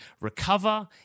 recover